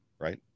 right